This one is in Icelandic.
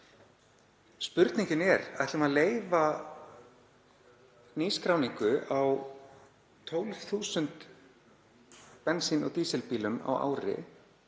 Spurningin er: Ætlum við að leyfa nýskráningu á 12.000 bensín- og dísilbílum á ári